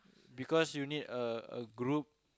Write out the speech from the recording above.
because you need a group